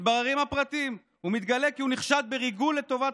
מתבררים הפרטים ומתגלה כי הוא נחשד בריגול לטובת